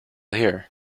here